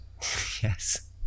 Yes